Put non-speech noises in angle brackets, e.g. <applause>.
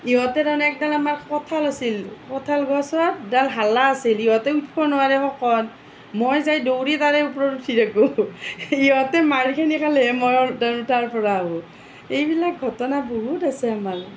ইহঁতে তাৰমানে একডাল আমাৰ কঁঠাল আছিল কঁঠাল গছত এডাল হালা আছিল ইহঁতে উঠিব নোৱাৰে শকত মই যাই দৌৰি তাৰে ওপৰত উঠি থাকোঁ ইহঁতে মাৰখিনি খালেহে মই <unintelligible> তাৰ পৰা আহোঁ এইবিলাক ঘটনা বহুত আছে আমাৰ